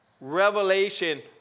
revelation